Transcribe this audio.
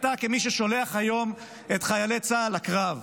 אתה כמי ששולח היום את חיילי צה"ל לקרב,